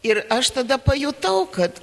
ir aš tada pajutau kad